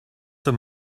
him